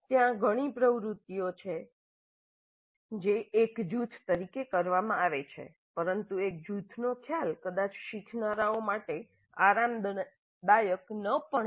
ત્યાં ઘણી પ્રવૃત્તિઓ છે જે એક જૂથ તરીકે કરવામાં આવે છે પરંતુ એક જૂથનો ખ્યાલ કદાચ શીખનારાઓ માટે આરામદાયક ન પણ હોય